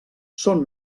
són